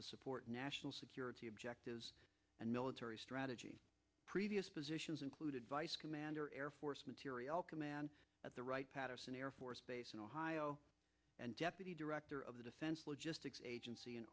to support national security objectives and military strategy previous positions included vice commander air force materiel command at the right patterson air force base in ohio and deputy director of the defense logistics agency in